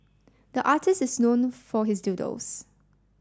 the artist is known for his doodles